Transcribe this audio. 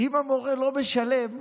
אם המורה לא משלם,